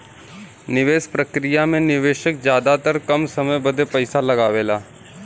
निवेस प्रक्रिया मे निवेशक जादातर कम समय बदे पइसा लगावेला